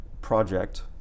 project